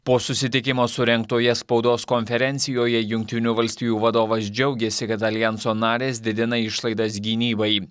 po susitikimo surengtoje spaudos konferencijoje jungtinių valstijų vadovas džiaugėsi kad aljanso narės didina išlaidas gynybai